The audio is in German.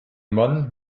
mann